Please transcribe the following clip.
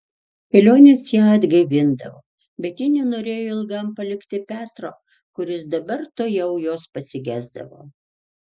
kelionės ją atgaivindavo bet ji nenorėjo ilgam palikti petro kuris dabar tuojau jos pasigesdavo